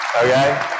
Okay